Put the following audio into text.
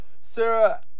Sarah